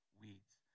weeds